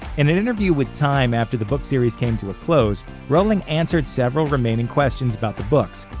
in an interview with time after the book series came to a close, rowling answered several remaining questions about the books,